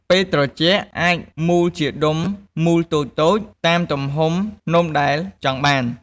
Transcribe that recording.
ពេលត្រជាក់អាចមូលជាដុំមូលតូចៗតាមទំហំនំដែលចង់បាន។